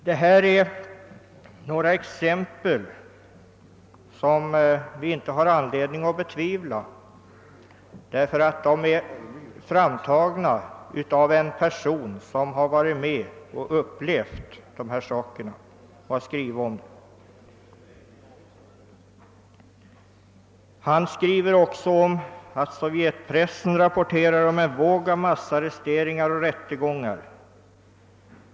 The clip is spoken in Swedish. Det finns ingen anledning att betvivla dessa händelser då de har återgivits av en person som verkligen upplevt dem. Han skriver också om att Sovjetpressen rapporterar om en våg av massarresteringar och rättegångar.